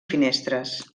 finestres